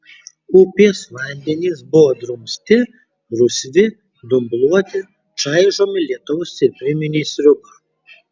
upės vandenys buvo drumsti rusvi dumbluoti čaižomi lietaus ir priminė sriubą